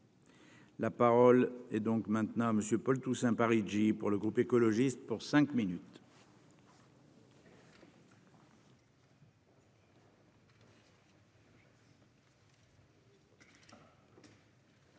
La parole est donc maintenant Monsieur Paul Toussaint Parigi pour le groupe écologiste pour cinq minutes. Monsieur